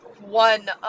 one